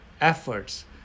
efforts